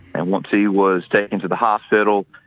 and once he was taken to the hospital,